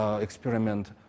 experiment